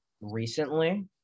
recently